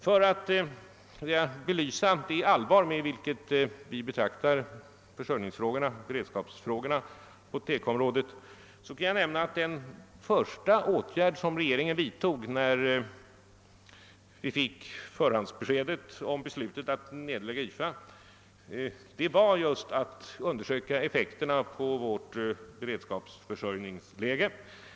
För att belysa det allvar med vilket vi betraktar 'beredskapsfrågorna på TEKO-området kan jag nämna att den första åtgärd som regeringen vidtog när vi fick förhandsbesked om beslutet att nedlägga YFA var att undersöka effekterna på vårt beredskapsförsörjningsläge.